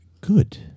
good